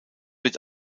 wird